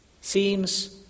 seems